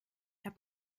hat